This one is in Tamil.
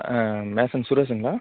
ஆ மேசன் சுரேஸுங்களா